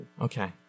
okay